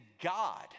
God